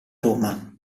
roma